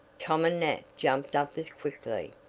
tom and nat jumped up as quickly,